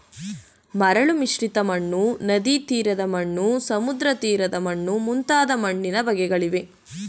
ಮರಳು ಮಿಶ್ರಿತ ಮಣ್ಣು, ನದಿತೀರದ ಮಣ್ಣು, ಸಮುದ್ರತೀರದ ಮಣ್ಣು ಮುಂತಾದ ಮಣ್ಣಿನ ಬಗೆಗಳಿವೆ